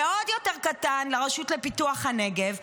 ועוד יותר קטן לרשות לפיתוח הנגב,